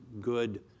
good